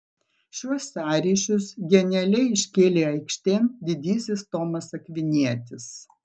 šiuos sąryšius genialiai iškėlė aikštėn didysis tomas akvinietis